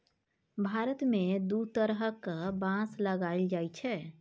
भारत मे दु तरहक बाँस लगाएल जाइ छै